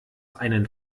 einem